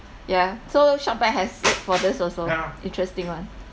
yeah so shopback has for this also interest thing [one]